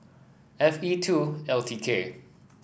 F E two L T K